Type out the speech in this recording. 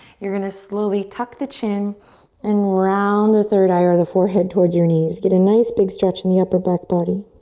you're gonna slowly tuck the chin and round the third eye or the forehead towards your knees. get a nice, big stretch in the upper back body.